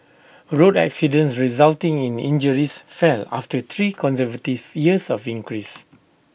road accidents resulting in injuries fell after three consecutive years of increase